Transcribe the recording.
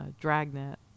dragnet